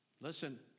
Listen